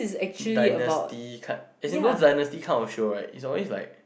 dynasty kind as in those dynasty kind of show right it's always like